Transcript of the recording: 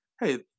hey